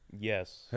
Yes